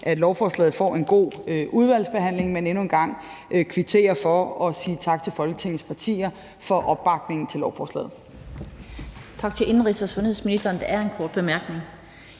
at lovforslaget får en god udvalgsbehandling, men jeg vil endnu en gang kvittere og sige tak til Folketingets partier for opbakningen til lovforslaget.